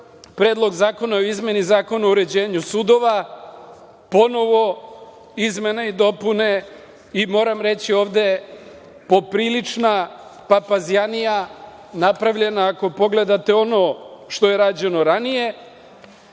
Predlog zakona o izmeni Zakona o uređenju sudova. Ponovo izmene i dopune. Moram reći ovde, poprilična papazjanija napravljena, ako pogledate ono što je rađeno ranije